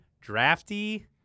drafty